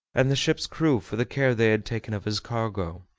and the ship's crew for the care they had taken of his cargo.